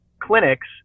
clinics